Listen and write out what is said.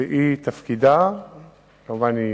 כמובן, היא